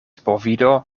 bovido